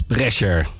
Pressure